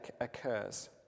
occurs